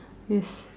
yes